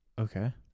Okay